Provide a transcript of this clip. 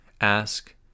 ask